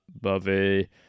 Buffy